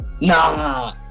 Nah